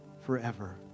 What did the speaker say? forever